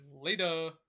later